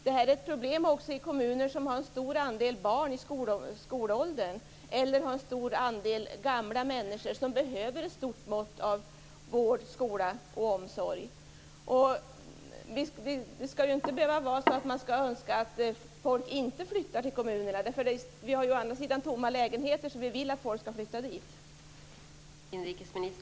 Detta är också ett problem för kommuner som har en stor andel barn i skolåldern eller som har en stor andel gamla människor och där det behövs mycket av vård, skola och omsorg. Det skall inte behöva vara så att man önskar att folk inte flyttar till dessa kommuner. Å andra sidan finns det gott om tomma lägenheter, så man vill ju att folk skall flytta dit.